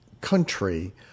country